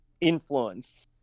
influence